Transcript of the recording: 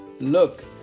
Look